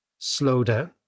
slowdown